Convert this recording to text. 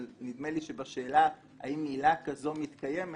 אבל נדמה לי שבשאלה האם עילה כזו מתקיימת,